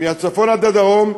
מהצפון עד הדרום,